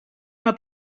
una